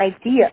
idea